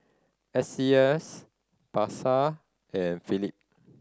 S C S Pasar and Philip